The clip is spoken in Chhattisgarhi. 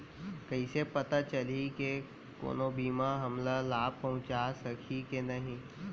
कइसे पता चलही के कोनो बीमा हमला लाभ पहूँचा सकही के नही